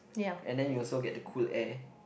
and then you also get the cool air